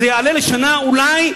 זה יעלה לשנה אולי,